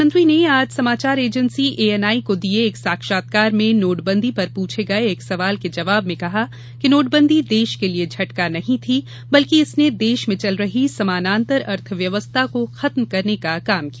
प्रधानमंत्री ने आज समाचार एजेन्सी एएनआई को दिये एक साक्षात्कार में नोटबंदी पर पूछे गये एक सवाल के जवाब में कहा कि नोटबंदी देश के लिए झटका नहीं थी बल्कि इसने देश में चल रही समानान्तर अर्थव्यवस्था को खत्म करने का काम किया